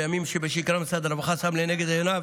בימים שבשגרה משרד הרווחה שם לנגד עיניו